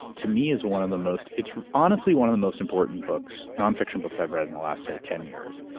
to me, is one of the most, it's honestly one of the most important books, non-fiction books i've read in the last, say, ten years.